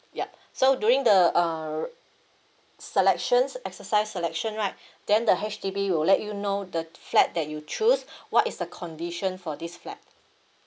ya so during the uh selections exercise selection right then the H_D_B will let you know the flat that you choose what is the condition for this flat